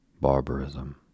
barbarism